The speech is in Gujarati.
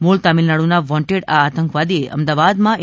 મૂળ તમિળનાડુના વોન્ટેડ આ આતંકવાદીએ અમદાવાદમાં એ